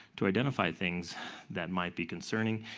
to identify things that might be concerning,